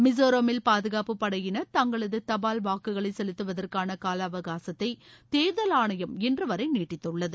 மிசோரமில் பாதுகாப்புப் படையினர் தங்களது தபால் வாக்குகளை செலுத்துவதற்காள கால அவகாசத்தை தேர்தல் ஆணையம் இன்று வரை நீட்டித்துள்ளது